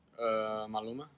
Maluma